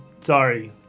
sorry